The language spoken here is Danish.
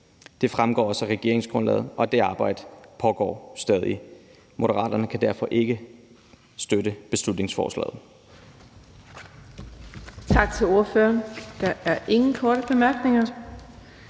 Det fremgår også af regeringsgrundlaget, og det arbejde pågår stadig. Moderaterne kan derfor ikke støtte beslutningsforslaget.